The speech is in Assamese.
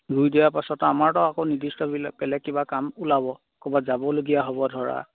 ৰুই দিয়াৰ পাছত আমাৰতো আকৌ নিৰ্দিষ্টিবিলাক বেলেগ কিবা কাম ওলাব ক'ৰবাত যাবলগীয়া হ'ব ধৰা